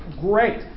great